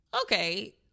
Okay